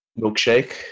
milkshake